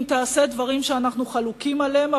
אם תעשה דברים שאנחנו חלוקים עליהם,